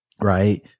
right